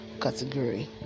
category